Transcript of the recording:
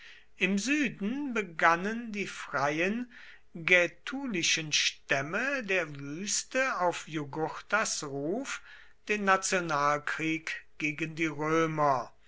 im süden begannen die freien gätulischen stämme der wüste auf jugurthas ruf den nationalkrieg gegen die römer